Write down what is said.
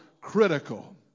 critical